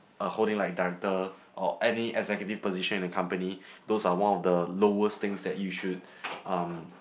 a holding like director or any executive position in a company those are one of the lowest things that you should um